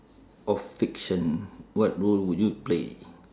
of fiction what role would you play